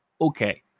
okay